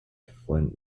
flint